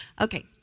Okay